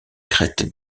crêtes